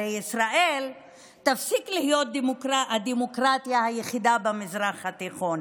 הרי ישראל תפסיק להיות הדמוקרטיה היחידה במזרח התיכון.